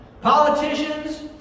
Politicians